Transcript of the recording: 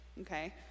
okay